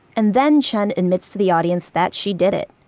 and then chen admits to the audience that she did it.